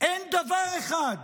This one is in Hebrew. אין דבר אחד